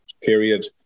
period